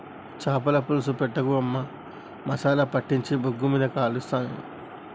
చాపల పులుసు పెట్టకు అమ్మా మసాలా పట్టించి బొగ్గుల మీద కలుస్తా నేను